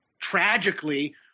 tragically